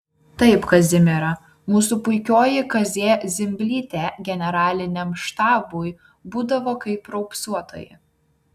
taip kazimiera mūsų puikioji kazė zimblytė generaliniam štabui būdavo kaip raupsuotoji